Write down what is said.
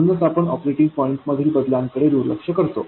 म्हणूनच आपण operating point मधील बदलांकडे दुर्लक्ष करतो